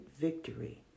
victory